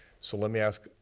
so let me ask,